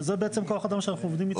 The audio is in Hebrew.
זה בעצם כוח האדם שאנחנו עובדים איתו.